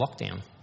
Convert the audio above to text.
lockdown